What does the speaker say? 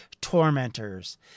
tormentors